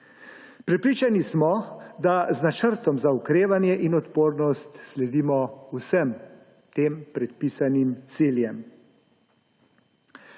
Prepričani smo, da z Načrtom za okrevanje in odpornost sledimo vsem tem predpisanim ciljem.